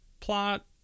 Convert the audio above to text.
Plot